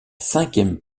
cinquième